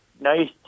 nice